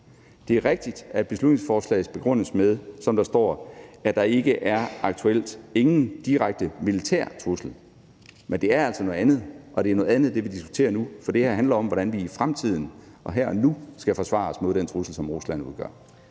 Det er rigtigt, at beslutningsforslaget begrundes med – som der står – at der aktuelt ingen direkte militær trussel er, men det er altså noget andet, og det er noget andet end det, som vi diskuterer nu. For det her handler om, hvordan vi i fremtiden og her og nu skal forsvare os mod den trussel, som Rusland udgør.